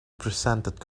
presented